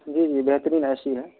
جی جی بہترین A C ہے